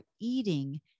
eating